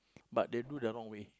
but they do the wrong way